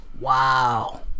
wow